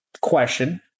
question